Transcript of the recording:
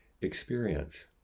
experience